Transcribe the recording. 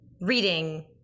reading